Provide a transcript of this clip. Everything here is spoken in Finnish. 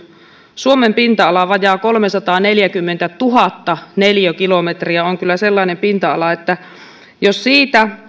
suomen pinta ala vajaat kolmesataaneljäkymmentätuhatta neliökilometriä on kyllä sellainen pinta ala että jos siitä